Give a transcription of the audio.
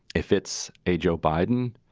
if it's a joe biden,